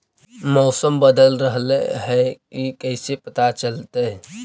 मौसम बदल रहले हे इ कैसे पता चलतै?